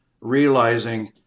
realizing